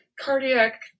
cardiac